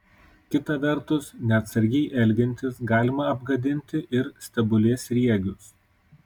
kita vertus neatsargiai elgiantis galima apgadinti ir stebulės sriegius